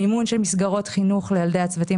מימון של מסגרות חינוך לילדי הצוותים